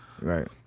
Right